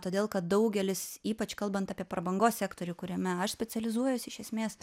todėl kad daugelis ypač kalbant apie prabangos sektorių kuriame aš specializuojuosi iš esmės